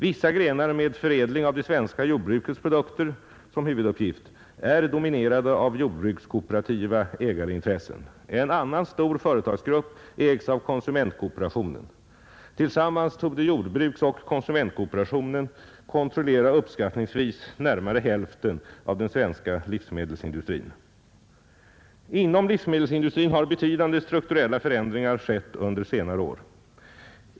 Vissa grenar med förädling av det svenska jordbrukets produkter som huvuduppgift är dominerade av jordbrukskooperativa ägarintressen. En annan stor företagsgrupp ägs av konsumentkooperationen. Tillsammans torde jordbruksoch konsumentkooperationen kontrollera uppskattningsvis närmare hälften av den svenska livsmedelsindustrin. Inom livsmedelsindustrin har betydande strukturella förändringar skett under senare år.